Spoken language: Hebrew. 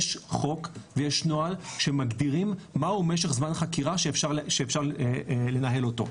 יש חוק ויש נוהל שמגדירים מהו משך זמן החקירה שאפשר לנהל אותו.